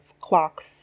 clocks